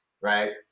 right